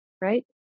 right